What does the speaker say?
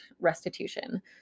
restitution